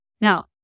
Now